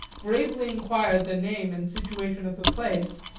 gravely inquired the name and situation of the place,